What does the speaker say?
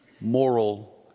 moral